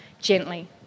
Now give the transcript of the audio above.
gently